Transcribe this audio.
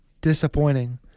disappointing